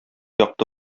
якты